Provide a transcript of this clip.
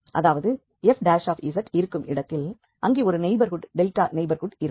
அதாவது f இருக்கும் இடத்தில் அங்கே ஒரு நெய்பர்ஹூட் டெல்டா நெய்பர்ஹூட் இருக்கும்